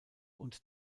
und